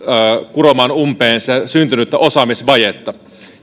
kuromaan umpeen syntynyttä osaamisvajetta